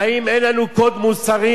האם אין לנו קוד מוסרי?